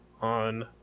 on